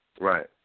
Right